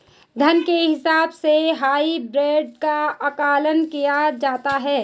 धन के हिसाब से हाइब्रिड का आकलन किया जाता है